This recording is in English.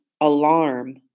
alarm